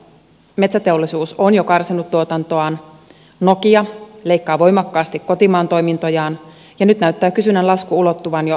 metsäteollisuus on jo karsinut tuotantoaan nokia leikkaa voimakkaasti kotimaan toimintojaan ja nyt näyttää kysynnän lasku ulottuvan jo perusmetalliteollisuuteenkin